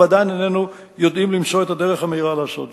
ועדיין איננו יודעים למצוא את הדרך המהירה לעשות זאת.